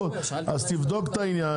תבדוק את העניין.